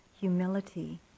humility